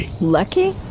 Lucky